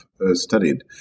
studied